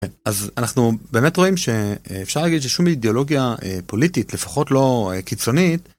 אז אנחנו באמת רואים שאפשר להגיד ששום אידאולוגיה פוליטית לפחות לא קיצונית.